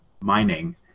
mining